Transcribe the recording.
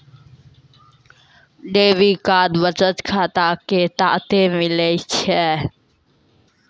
debit card बचत खाता के साथे मिलै छै